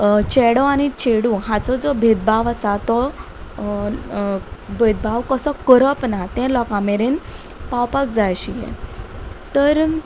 चेडो आनी चेडू हाचो जो भेदभाव आसा तो भेदभाव कसो करप ना तें लोकां मेरेन पावपाक जाय आशिल्ले तर